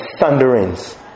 thunderings